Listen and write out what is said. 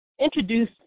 introduce